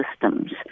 systems